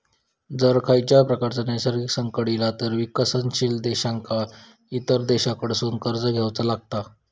जर खंयच्याव प्रकारचा नैसर्गिक संकट इला तर विकसनशील देशांका इतर देशांकडसून कर्ज घेवचा लागता